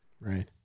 Right